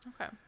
okay